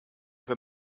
were